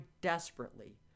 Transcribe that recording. desperately